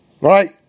Right